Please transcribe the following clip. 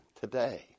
today